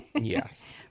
Yes